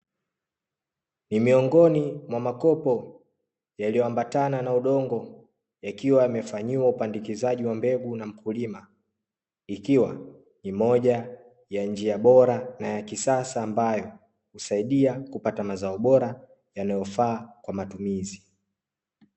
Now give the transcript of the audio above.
Ni miongoni mwa makopo yaliyoambatana na udongo yakiwa yamefanyiwa upandikizaji wa mbegu na mkulima, ikiwa ni moja ya njia bora ya kisasa ambayo husaidia kupata mazao bora yanayofaa kwa matumizi.